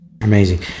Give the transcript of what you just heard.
Amazing